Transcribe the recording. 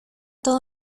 todo